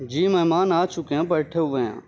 جی مہمان آ چکے ہیں بیٹھے ہوئے ہیں